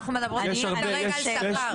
אנחנו מדברות כרגע על שכר.